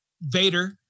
Vader